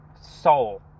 soul